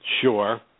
Sure